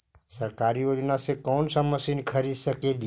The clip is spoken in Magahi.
सरकारी योजना से कोन सा मशीन खरीद सकेली?